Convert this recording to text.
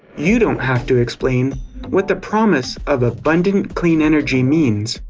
you don't have to explain what the promise of abundant, clean energy means.